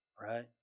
Right